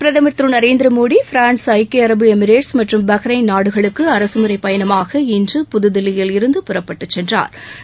பிரதமர் திரு நரேந்திர மோடி பிரான்ஸ் ஐக்கிய அரபு எமிரேட்ஸ் மற்றும் பஹ்ரைன் நாடுகளுக்கு அரசுமுறைப் பயணமாக இன்று புதுதில்லியில் இருந்து புறப்பட்டு சென்றாா்